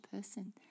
person